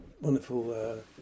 wonderful